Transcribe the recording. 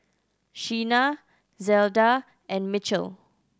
Shena Zelda and Mitchell